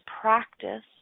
practice